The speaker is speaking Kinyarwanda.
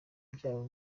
byabo